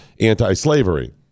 anti-slavery